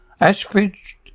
Ashbridge